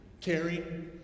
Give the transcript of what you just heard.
Caring